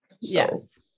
Yes